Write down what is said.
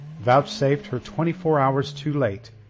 vouchsafed her twenty-four hours too late,